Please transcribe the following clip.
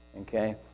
Okay